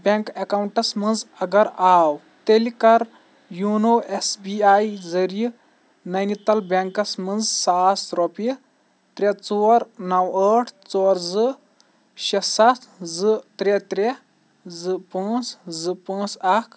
bank accounts منٛز اگر آو تیٚلہِ کَر یونو ایٚس بی آئی ذٔریعہِ نیٚنِتال بیٚنٛکس منٛز ساس رۄپیہِ ترٛےٚ ژور نو ٲٹھ ژور زٕ شےٚ ستھ زٕ ترٛےٚ ترٛےٚ زٕ پانٛژ زٕ پانٛژ اکھ